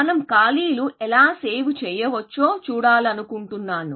మనం ఖాళీలు ఎలా సేవ్ చేయవచ్చో చూడాలనుకుంటున్నాను